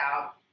out